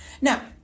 Now